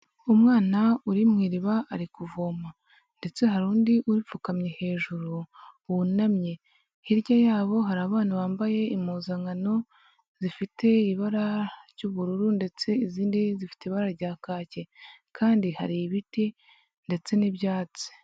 Umwana uri mu iriba ari kuvoma ndetse hari undi uripfukamye hejuru wunamye hirya yabo hari abana bambaye impuzankano zifite ibara ry'ubururu, ndetse izindi zifite ibara rya kake kandi hari ibiti ndetse n'ibyatsi.